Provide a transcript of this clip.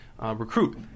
recruit